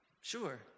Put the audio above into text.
sure